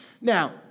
Now